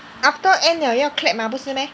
after end liao 要 clap mah 不是 meh